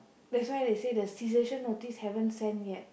that's why they say the cessation notice haven't send yet